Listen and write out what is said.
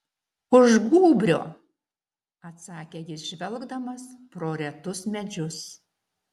už gūbrio atsakė jis žvelgdamas pro retus medžius